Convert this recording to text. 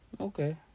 Okay